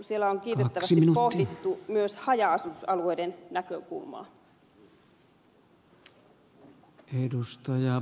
siellä on kiitettävästi pohdittu myös haja asutusalueiden näkökulmaa